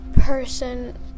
person